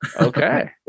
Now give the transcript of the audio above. Okay